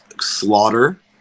Slaughter